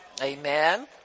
amen